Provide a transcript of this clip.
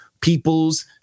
peoples